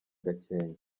gakenke